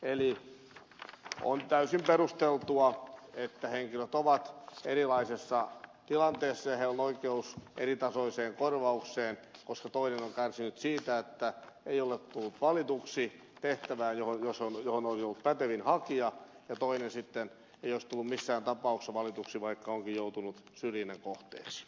eli on täysin perusteltua että henkilöt ovat erilaisessa tilanteessa ja heillä on oikeus eritasoiseen korvaukseen koska toinen on kärsinyt siitä että ei ole tullut valituksi tehtävään johon olisi ollut pätevin hakija ja toinen sitten ei olisi tullut missään tapauksessa valituksi vaikka onkin joutunut syrjinnän kohteeksi